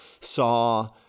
saw